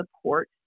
support